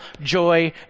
joy